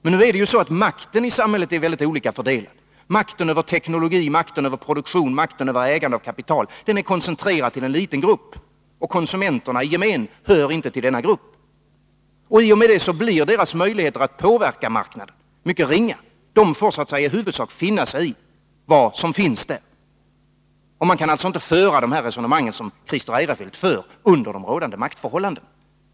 Men nu är ju makten i samhället olika fördelad. Makten över teknologi, makten över produktion, makten över ägande och kapital är koncentrerad till en liten grupp, och konsumenterna i gemen hör inte till denna grupp. I och med det blir deras möjligheter att påverka marknaden mycket ringa. De får i huvudsak finna sig i vad som finns där. Man kan inte föra det resonemang som Christer Eirefelt för under de rådande maktförhållandena.